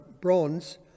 bronze